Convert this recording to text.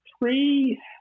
three